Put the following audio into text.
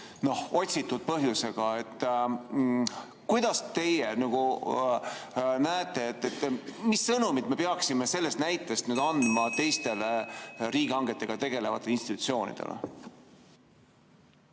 otsitud põhjusega. Kuidas teie näete, mis sõnumit me peaksime sellest näitest andma teistele riigihangetega tegelevatele institutsioonidele?